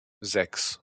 sechs